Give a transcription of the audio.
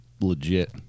legit